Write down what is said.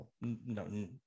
no